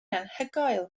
anhygoel